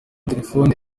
telefone